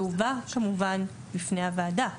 זה הובא כמובן בפני הוועדה.